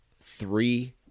Three